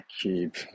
keep